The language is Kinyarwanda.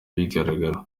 bigaragara